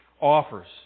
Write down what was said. offers